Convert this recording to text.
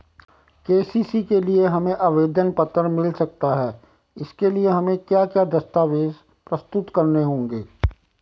KCC के लिए हमें आवेदन पत्र मिल सकता है इसके लिए हमें क्या क्या दस्तावेज़ प्रस्तुत करने होंगे?